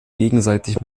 gegenseitig